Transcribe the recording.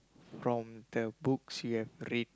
from the books that you've read